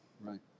right